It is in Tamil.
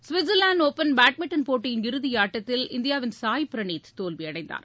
சுவிட்சர்லாந்து ஒபன் பேட்மிண்டன் போட்டியின் இறுதியாட்டத்தில் இந்தியாவின் சாய் பிரணீத் தோல்வி அடைந்தார்